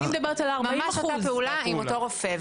ממש אותה פעולה עם אותו רופא.